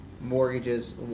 mortgages